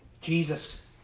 Jesus